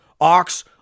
ox